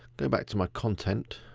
go back to my content,